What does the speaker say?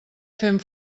fent